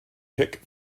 pick